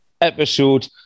episode